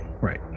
right